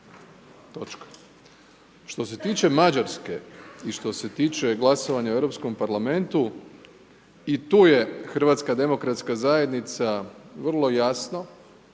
naprotiv. Što se tiče Mađarske i što se tiče glasovanja u Europskom parlamentu, i tu je HDZ vrlo jasno objasnila zašto